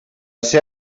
ser